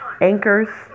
anchors